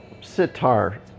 sitar